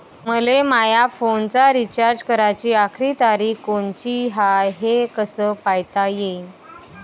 मले माया फोनचा रिचार्ज कराची आखरी तारीख कोनची हाय, हे कस पायता येईन?